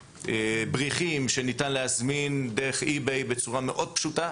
בריחים שניתן להזמין דרך איביי בצורה מאוד פשוטה,